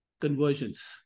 conversions